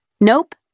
Nope